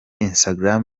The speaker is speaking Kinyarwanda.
instagram